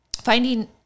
finding